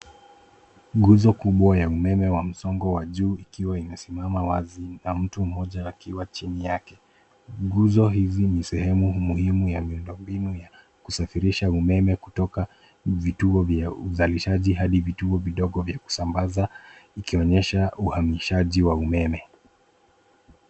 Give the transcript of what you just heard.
Guzo kubwa ya umeme wa msongo wa juu ikiwa imesimama wazi na mtu mmoja akiwa chini yake. Nguzo hizi ni sehemu muhimu ya miundombinu ya kusafirisha umeme kutoka vituo vya uzalishaji hadi vituo vidogo vya kusambaza ikionyesha uhamishaji wa umeme.